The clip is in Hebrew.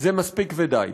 זה מספיק ודי.